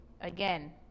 again